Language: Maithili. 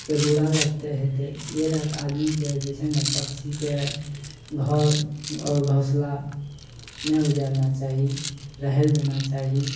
के बुरा लगतइ हेतय इहे लए कऽ आदमीके जे छै ने पक्षीके घर आओर घोसला नहि उजारना चाही रहय लए देना चाही